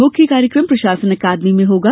मुख्य कार्यक्रम प्रशासन अकादमी में होगा